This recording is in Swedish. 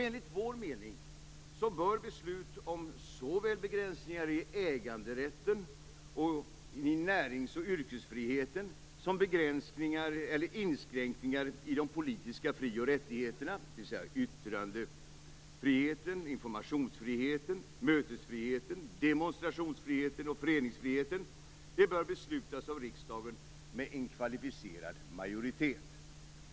Enligt vår mening bör beslut om såväl begränsningar i äganderätten, närings och yrkesfriheten som inskränkningar i de politiska fri och rättigheterna - dvs. yttrandefriheten, informationsfriheten, mötesfriheten, demonstrationsfriheten och föreningsfriheten - beslutas av riksdagen med en kvalificerad majoritet.